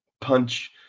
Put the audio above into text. punch